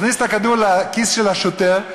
לכיס של השוטר,